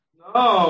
no